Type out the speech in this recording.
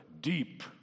deep